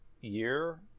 year